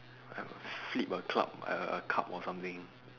uh flip a club a a cup or something